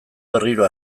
berriro